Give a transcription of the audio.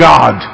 God